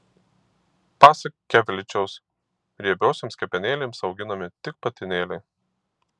pasak kevličiaus riebiosioms kepenėlėms auginami tik patinėliai